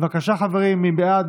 בבקשה, חברים, מי בעד?